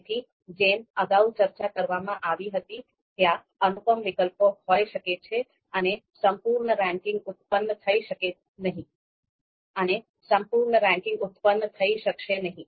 તેથી જેમ અગાઉ ચર્ચા કરવામાં આવી હતી ત્યાં અનુપમ વિકલ્પો હોઈ શકે છે અને સંપૂર્ણ રેન્કિંગ ઉત્પન્ન થઈ શકશે નહીં